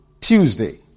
Tuesday